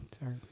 sorry